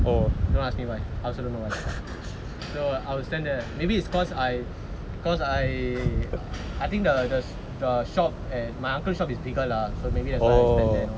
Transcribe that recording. don't ask me why I also don't know why so I will stand there maybe it's because I because I I think the the the shop and my uncle shop is bigger lah so I stand there and all